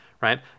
right